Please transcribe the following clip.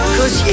Cause